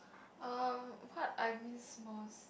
um what I miss most